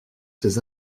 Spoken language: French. ses